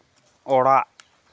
ᱚᱲᱟᱜ